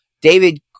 david